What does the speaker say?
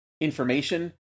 information